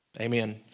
Amen